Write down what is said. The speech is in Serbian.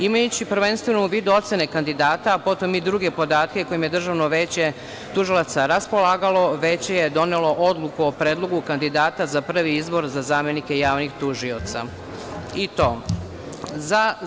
Imajući prvenstveno u vidu ocene kandidata, a potom i druge podatke kojima je Državno veće tužilaca raspolagalo, Veće je donelo Odluku o predlogu kandidata za prvi izbor za zamenike javnih tužioca i to ovako.